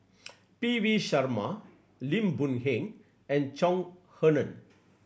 P V Sharma Lim Boon Heng and Chong Heman